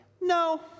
no